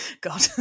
god